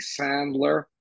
Sandler